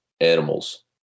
animals